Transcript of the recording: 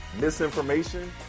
misinformation